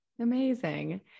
Amazing